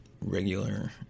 regular